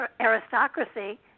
aristocracy